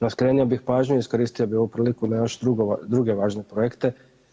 No skrenuo bih pažnju i iskoristio bih ovu priliku na još druge važne projekte.